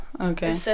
Okay